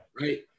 Right